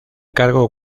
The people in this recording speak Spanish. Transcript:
cargo